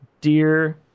Dear